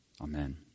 amen